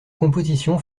composition